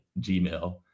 Gmail